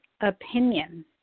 opinion